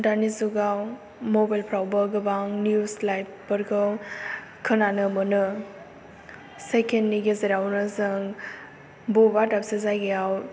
दानि जुगाव मुबाइलफ्रावबो गोबां निउस लाइफ फोरखौ खोनानो मोनो सेखेननि गेजेराव नो जों बबेबा दाबसे जायगायाव